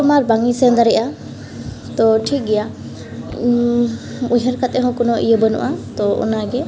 ᱛᱳᱢᱟᱨ ᱵᱟᱝᱤᱧ ᱥᱮᱱ ᱫᱟᱲᱟᱮᱭᱟᱜᱼᱟ ᱛᱚ ᱴᱷᱤᱠ ᱜᱮᱭᱟ ᱩᱭᱦᱟᱹᱨ ᱠᱟᱛᱮ ᱦᱚᱸ ᱠᱳᱱᱳ ᱤᱭᱟᱹ ᱵᱟᱹᱱᱩᱜᱼᱟ ᱛᱚ ᱚᱱᱟᱜᱮ